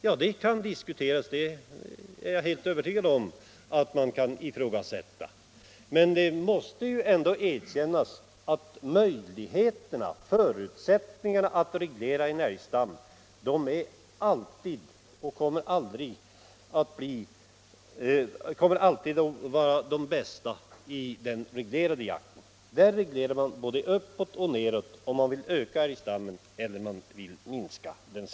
Ja, det kan diskuteras, och jag är helt övertygad om att man kan ifrågasätta det. Men det måste ändå erkännas att förutsättningarna för att reglera en älgstam är — och kommer alltid att vara — de bästa i den reglerade jakten. Där reglerar man uppåt eller nedåt — om man vill öka eller minska älgstammen.